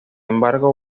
embargo